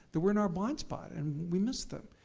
that were in our blind spot. and we missed them.